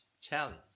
challenge